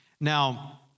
Now